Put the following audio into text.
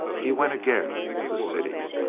he went again into the city.